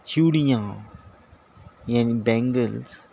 چوڑیاں یعنی بینگلس